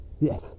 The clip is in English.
Yes